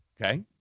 Okay